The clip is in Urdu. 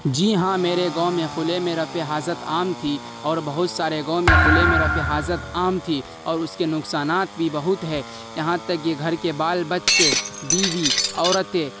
جی ہاں میرے گاؤں میں کھلے میں رفع حاجت عام تھی اور بہت سارے گاؤں میں کھلے میں رفع حاجت عام تھی اور اس کے نقصانات بھی بہت ہے یہاں تک کہ گھر کے بال بچے بیوی عورتیں